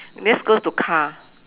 let's go to car